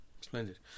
Splendid